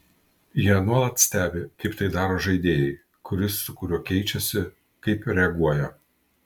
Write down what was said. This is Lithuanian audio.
jie nuolat stebi kaip tai daro žaidėjai kuris su kuriuo keičiasi kaip reaguoja